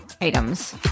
items